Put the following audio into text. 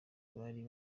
bari